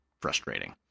frustrating